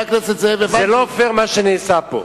זה לא פייר מה שנעשה פה.